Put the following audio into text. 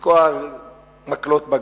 לתקוע מקלות בגלגל.